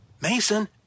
Mason